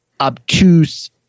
obtuse